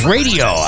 Radio